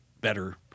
better